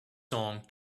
song